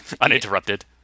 Uninterrupted